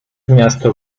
miasto